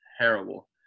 terrible